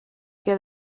get